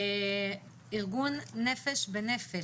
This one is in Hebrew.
ארגון נפש בנפש,